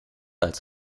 als